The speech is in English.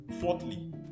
fourthly